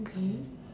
okay